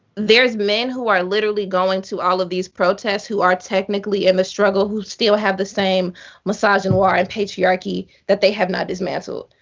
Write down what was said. men who are literally going to all of these protests, who are technically in the struggle, who still have the same misogynoir and patriarchy that they have not dismantled.